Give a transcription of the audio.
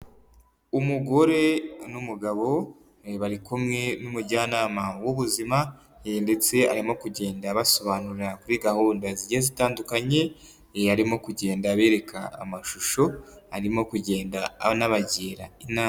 Umugore n'umugabo bari kumwe n'umujyanama w'ubuzima ndetse arimo kugenda abasobanurira kuri gahunda zigiye zitandukanye, arimo kugenda abereka amashusho, arimo kugenda anabagira inama.